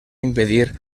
impedir